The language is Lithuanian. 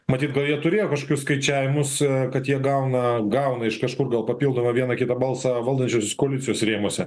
matyt jie turėjo kažkokius skaičiavimus kad jie gauna gauna iš kažkur gal papildomą vieną kitą balsą valdančiosios koalicijos rėmuose